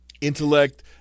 intellect